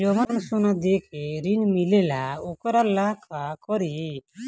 जवन सोना दे के ऋण मिलेला वोकरा ला का करी?